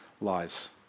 lives